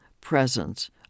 presence